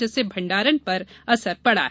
जिससे भंडारण में असर पड़ा है